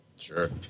Sure